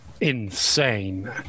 insane